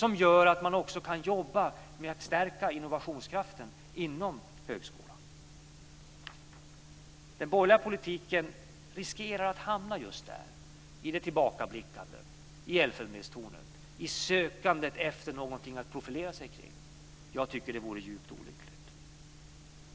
Det gör att man kan arbeta med att stärka innovationskraften inom högskolan. Den borgerliga politiken riskerar att hamna just där; i tillbakabildandet, i elfenbenstornet, i sökandet efter någonting att profilera sig kring. Jag tycker att det vore djupt olyckligt.